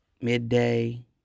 midday